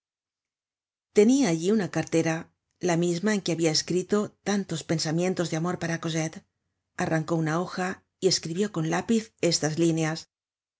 tenia allí una cartera la misma en que habia escrito tantos pensamientos de amor para cosette arrancó una hoja y escribió con lápiz estas líneas